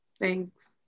Thanks